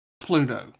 Pluto